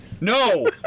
No